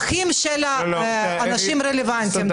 אחים של האנשים הרלוונטיים.